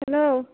hello